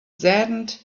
saddened